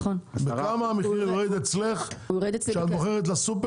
בכמה המחיר יורד אצלך כשאת מוכרת לסופר